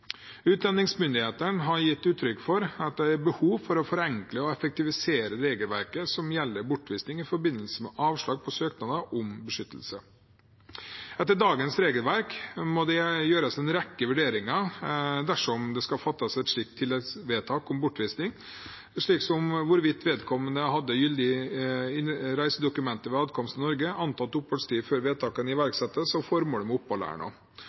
Utlendingsmyndighetene har gitt uttrykk for at det er behov for å forenkle og effektivisere regelverket som gjelder bortvisning i forbindelse med avslag på søknader om beskyttelse. Etter dagens regelverk må det gjøres en rekke vurderinger dersom det skal fattes et slikt tilleggsvedtak om bortvisning, slik som hvorvidt vedkommende hadde gyldige reisedokumenter ved adkomst til Norge, antatt oppholdstid før vedtakene iverksettes, og formålet med